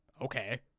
okay